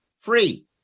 free